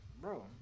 Bro